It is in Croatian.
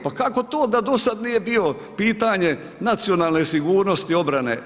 Pa kako to da do sad nije bio pitanje nacionalne sigurnosti obrane?